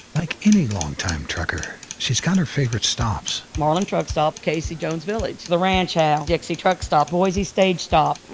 like any long-time trucker, she's got her favorite stops, marlin truckstop. casey jones village. the ranch house. dixie truckstop. boise stage stop,